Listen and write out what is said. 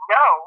no